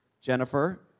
Jennifer